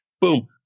boom